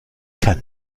kann